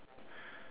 ya